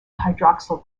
hydroxyl